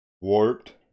warped